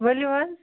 ؤلِو حظ